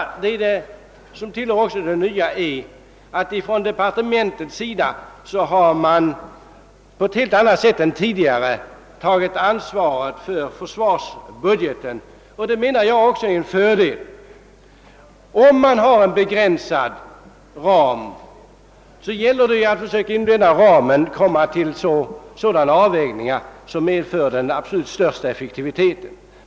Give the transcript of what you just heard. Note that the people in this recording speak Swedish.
Den andra nyheten är att man från departementets sida på ett helt annat sätt än tidigare har tagit ansvaret för försvarsbudgeten. Jag anser det vara en fördel. Om man har en begränsad ram gäller det att inom denna försöka komma till sådana avvägningar att man får den absolut största effektiviteten.